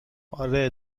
آره